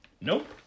Nope